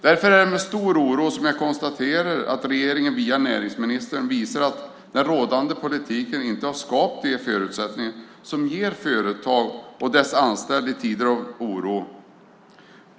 Därför är det med stor oro som jag konstaterar att regeringen via näringsministern visar att den rådande politiken inte har skapat de förutsättningar som ger trygghet för företag och deras anställda i tider av oro.